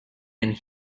and